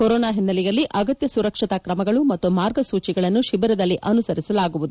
corona ಹಿನ್ನೆಲೆಯಲ್ಲಿ ಅಗತ್ಯ ಸುರಕ್ಷತಾ ್ರಮಗಳು ಮತ್ತು ಮಾರ್ಗಸೂಚಿಗಳನ್ನು ಶಿಬಿರದಲ್ಲಿ ಅನುಸರಿಸಲಾಗುವುದು